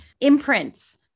imprints